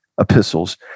epistles